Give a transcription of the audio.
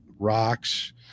rocks